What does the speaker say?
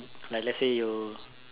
like lets say you